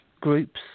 groups